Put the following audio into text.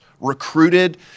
recruited